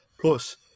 Plus